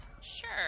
Sure